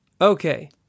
Okay